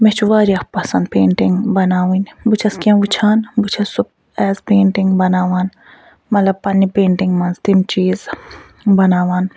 مےٚ چھُ وارٕیاہ پسنٛد پیٚنٹِنٛگ بناوٕنۍ بہٕ چھَس کیٚنٛہہ وُچھان بہٕ چھَس سُہ ایز پیٚنٹِنٛگ بناوان مطلب پنٛنہِ پیٚنٹِنٛگ منٛز تِم چیٖز بناوان